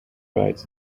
writes